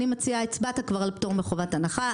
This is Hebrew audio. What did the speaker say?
הצבעת כבר על פטור מחובת הנחה.